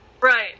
Right